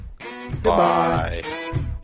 Goodbye